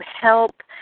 help